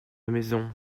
maison